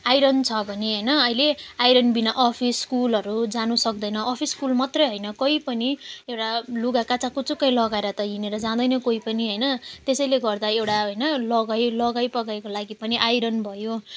iron छ भने होइन अहिले आइरनविना अफिस स्कुलहरू जानु सक्दैन अफिस स्कुल मात्र होइन कोही पनि एउटा लुगा कचाक् कुचुक् लगाएर त हिँडेर जाँदैन कोही पनि होइन त्यसले गर्दा एउटा होइन लगाई लगाई पगाइको लागि पनि आइरन भयो